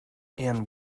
and